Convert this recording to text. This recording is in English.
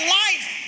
life